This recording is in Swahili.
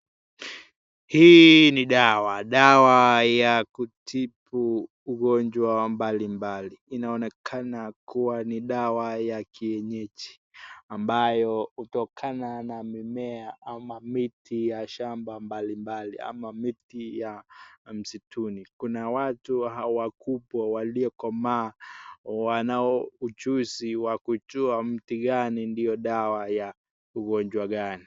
Hii ni dawa, dawa ya kutibu ugonjwa mbalimbali inaonekana kuwa ni dawa ya kienyeji ambayo kutokana na mimea ama miti ya shamba mbalimbali ama miti ya msituni kuna watu wakubwa waliyokoma wanao ujuzi ya kujua mithiani ndio dawa ya ugonjwa gani.